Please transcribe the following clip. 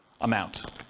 amount